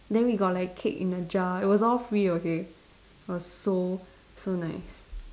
then we got like cake in a jar it was all free okay it was so so nice